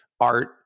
art